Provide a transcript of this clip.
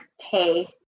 pay